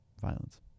violence